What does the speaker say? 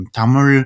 Tamil